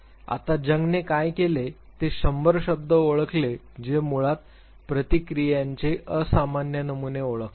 आता जंगने काय केले ते शंभर शब्द ओळखले जे मुळात प्रतिक्रियांचे असामान्य नमुने ओळखतात